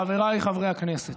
חבריי חברי הכנסת,